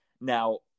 Now